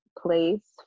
place